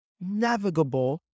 Navigable